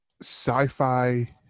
sci-fi